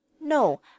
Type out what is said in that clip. No